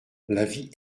l’avis